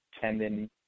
tendon